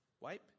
Wipe